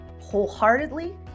wholeheartedly